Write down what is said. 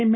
M